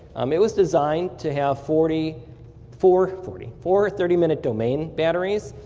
um it was designed to have forty four forty four thirty minute domain batteries.